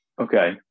Okay